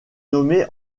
nommée